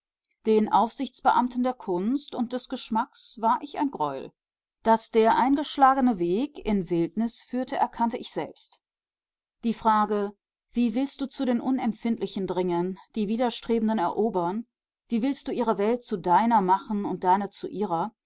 den aufsichtsbeamten der kunst und des geschmacks war ich ein greuel daß der eingeschlagene weg in wildnis führte erkannte ich selbst die frage wie willst du zu den unempfindlichen dringen die widerstrebenden erobern wie willst du ihre welt zu deiner machen und deine zu ihrer